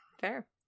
Fair